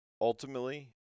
ultimately